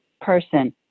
person